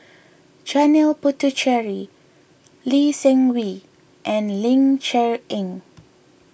Janil Puthucheary Lee Seng Wee and Ling Cher Eng